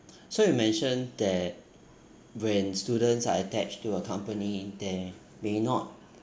so you mention that when students are attached to a company they may not